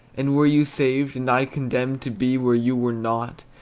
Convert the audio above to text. and were you saved, and i condemned to be where you were not,